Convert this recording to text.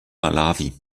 malawi